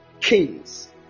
kings